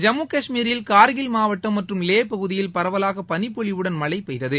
ஜம்முகஷ்மீரில் கார்கில் மாவட்டம் மற்றும் லே பகுதியில் பரவலாக பனிப்பொழிவுடன் மழை பெய்தது